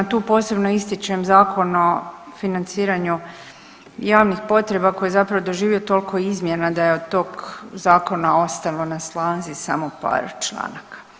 Tu posebno ističem Zakon o financiranju javnih potreba koji je zapravo doživio toliko izmjena da je od tog zakona ostalo na snazi samo par članaka.